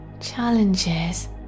Challenges